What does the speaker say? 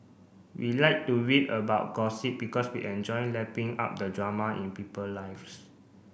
we like to read about gossip because we enjoy lapping up the drama in people lives